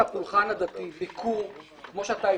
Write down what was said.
הנושא של הפולחן הדתי ביקור כמו שהצגת,